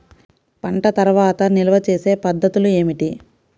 పంట తర్వాత నిల్వ చేసే పద్ధతులు ఏమిటి?